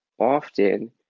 often